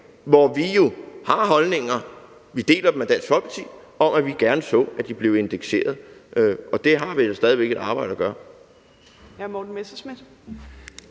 hvor vi har holdninger – vi deler dem med Dansk Folkeparti – om, at vi gerne så, at de blev indekseret, og der har vi da stadig væk et arbejde at gøre.